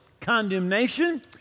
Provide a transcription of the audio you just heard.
condemnation